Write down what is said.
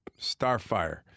Starfire